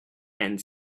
and